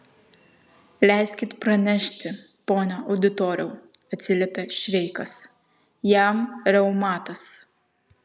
leiskit pranešti pone auditoriau atsiliepė šveikas jam reumatas